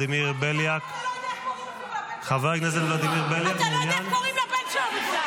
--- אתה לא יודע איך קוראים לבן שלו בכלל.